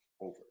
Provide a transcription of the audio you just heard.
over